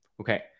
Okay